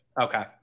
Okay